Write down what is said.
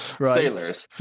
Sailors